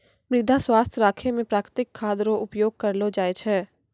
मृदा स्वास्थ्य राखै मे प्रकृतिक खाद रो उपयोग करलो जाय छै